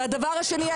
והדבר השני,